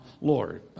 Lord